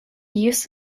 use